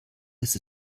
ist